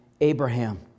Abraham